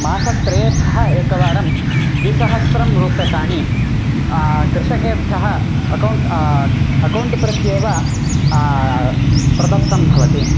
मासत्रयेभ्यः एकवारं द्विसहस्रं रूप्यकाणि कृषकेभ्यः अकौण्ट् अकौण्ट् प्रत्येव प्रदत्तं भवति